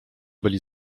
byli